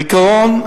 בעיקרון,